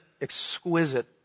exquisite